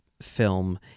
film